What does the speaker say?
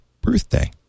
birthday